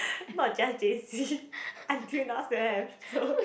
not just j_c until now still have so